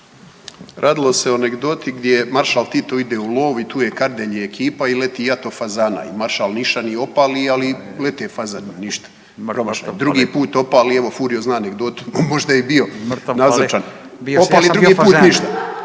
Radilo se o anegdoti gdje maršal Tito ide u lov i tu je Kardelj i ekipa i leti jato fazana. I maršal nišani i opali, ali lete fazani i ništa, promašaj. Drugi put opali, evo Furio zna anegdotu, možda je i bio i ništa. Opali treći put, ništa,